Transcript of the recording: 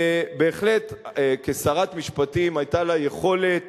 בהחלט, כשרת משפטים היתה לה יכולת